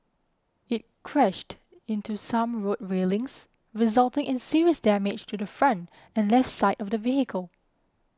it crashed into some road railings resulting in serious damage to the front and left side of the vehicle